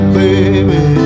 baby